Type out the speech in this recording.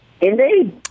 Indeed